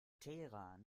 teheran